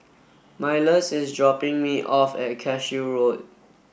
Milas is dropping me off at Cashew Road